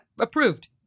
approved